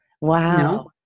Wow